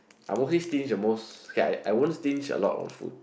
I always stingy almost okay I I won't stingy a lot of food